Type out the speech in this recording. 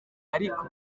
ariko